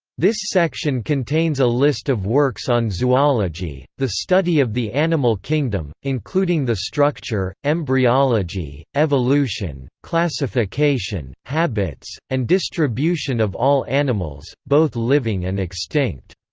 this section contains a list of works on zoology, the study of the animal kingdom, including the structure, embryology, evolution, classification, habits, and distribution of all animals, both living and extinct.